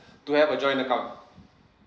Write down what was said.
to have a joint account